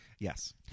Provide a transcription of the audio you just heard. Yes